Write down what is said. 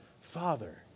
Father